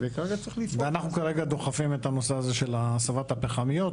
וכרגע צריך --- אנחנו כרגע דוחפים את הנושא הזה של הסבת הפחמיות.